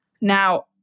Now